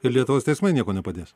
ir lietuvos teismai nieko nepadės